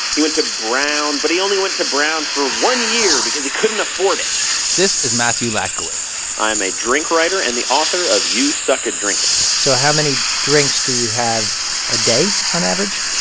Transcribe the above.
he went brown. but he only went to brown for one year because he couldn't afford it this is matthew latkiewicz i'm a drink writer and the author of you suck at drinking. so how many drinks do you have a day on average?